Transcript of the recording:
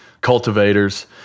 cultivators